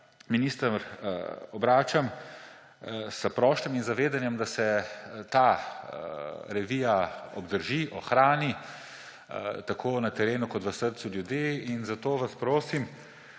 minister, obračam s prošnjo in zavedanjem, da se ta revija obdrži, ohrani tako na terenu kot v srcih ljudi. In zato vas prosim,